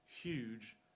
huge